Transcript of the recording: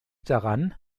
daran